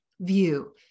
view